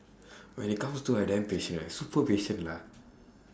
when it comes to her I damn patient I super patient lah